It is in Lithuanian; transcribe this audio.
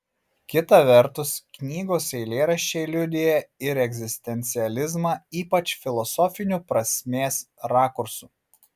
kita vertus knygos eilėraščiai liudija ir egzistencializmą ypač filosofiniu prasmės rakursu